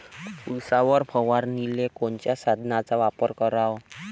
उसावर फवारनीले कोनच्या साधनाचा वापर कराव?